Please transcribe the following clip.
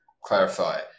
clarify